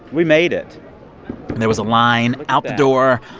we made it there was a line out the door.